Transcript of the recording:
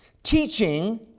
teaching